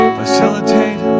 facilitate